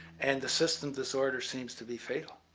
and the system disorder seems to be fatal.